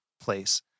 place